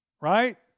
Right